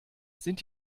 sind